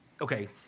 okay